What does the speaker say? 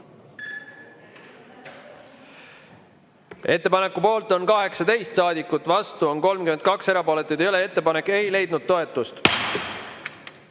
Ettepaneku poolt on 18 saadikut, vastu on 32, erapooletuid ei ole. Ettepanek ei leidnud toetust. Kolmas